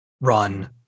run